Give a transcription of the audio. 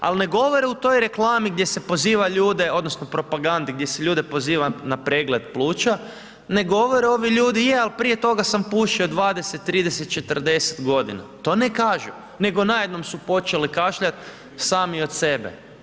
Al' ne govore u toj reklami gdje se poziva ljude odnosno propagandi, gdje se ljude poziva na pregled pluća, ne govore ovi ljudi je al' prije toga sam pušio 20-30-40 godina, to ne kažu, nego najednom su počeli kašljat sami od sebe.